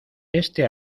este